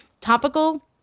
topical